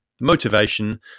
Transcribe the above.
motivation